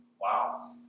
Wow